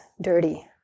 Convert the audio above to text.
dirty